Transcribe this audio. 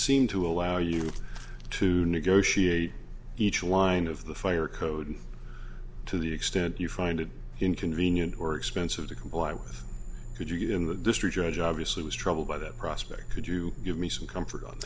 seem to allow you to negotiate each line of the fire code and to the extent you find it inconvenient or expensive to comply with could you get in the district judge obviously was troubled by that prospect could you give me some comfort on